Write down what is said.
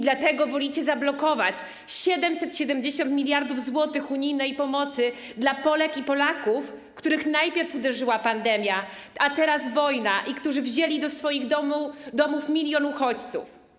Dlatego wolicie zablokować 770 mld zł unijnej pomocy dla Polek i Polaków, w których najpierw uderzyła pandemia, a teraz wojna i którzy wzięli do swoich domów 1 mln uchodźców.